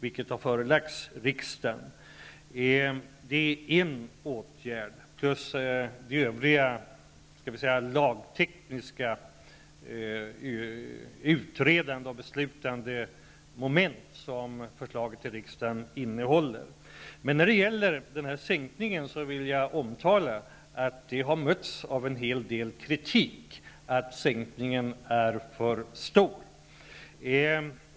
I övrigt innehåller förslaget lagtekniska delar, utredande och beslutande moment. Jag vill omtala att det kommit en del kritik över att sänkningen skulle vara för stor.